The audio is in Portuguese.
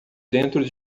dentro